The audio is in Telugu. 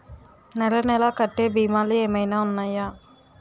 నెల నెల కట్టే భీమాలు ఏమైనా ఉన్నాయా?